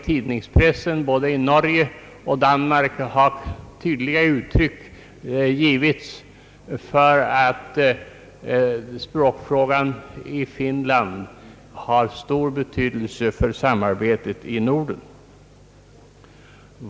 Tidningspressen i Norge och Danmark har givit tydliga uttryck för att språkfrågan i Finland har stor betydelse för samarbetet i Norden.